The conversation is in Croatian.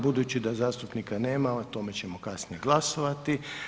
Budući da zastupnika nema, o tome ćemo kasnije glasovati.